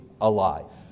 alive